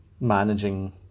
managing